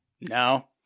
No